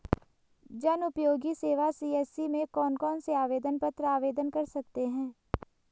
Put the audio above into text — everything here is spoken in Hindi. जनउपयोगी सेवा सी.एस.सी में कौन कौनसे आवेदन पत्र आवेदन कर सकते हैं?